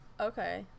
okay